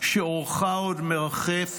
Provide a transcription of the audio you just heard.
שאורך עוד מרחף